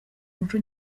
umuco